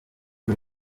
byo